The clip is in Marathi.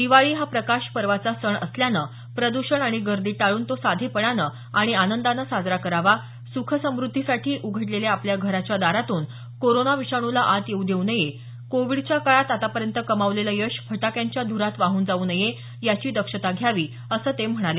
दिवाळी हा प्रकाश पर्वाचा सण असल्याने प्रदूषण आणि गर्दी टाळून तो साधेपणाने आणि आनंदाने साजरा करावा सुख समृद्धीसाठी उघडलेल्या आपल्या घराच्या दारातून कोरोना विषाणूला आत येऊ देऊ नये कोविडच्या काळात आतापर्यंत कमावलेलं यश फटाक्यांच्या धुरात वाहून जाऊ नये याची दक्षता घ्यावी असं ते म्हणाले